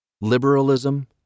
Liberalism